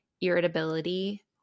irritability